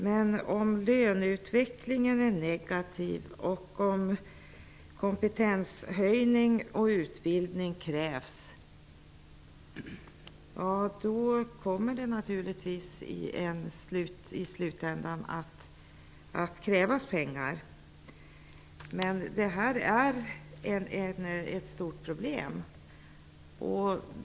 Men om löneutvecklingen är negativ och kompetenshöjning och utbildning krävs, kommer det naturligtvis i slutändan att fordras pengar. Det är ett stort problem.